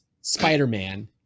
Spider-Man